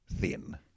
thin